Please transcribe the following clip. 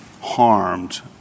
harmed